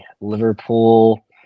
Liverpool